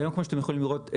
והיום כמו שאתם יכולים לראות,